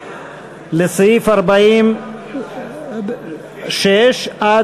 זה סעיף 40(5); הסתייגות מס' 90. מי